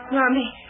Mommy